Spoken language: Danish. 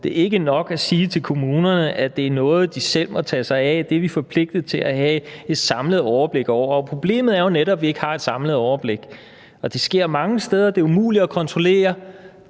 det er ikke nok at sige, at det må kommunerne tage sig af. Det bliver vi nødt til at have et samlet overblik over.« Problemet er jo netop, at vi ikke har et samlet overblik. Det sker mange steder, og det er umuligt at kontrollere.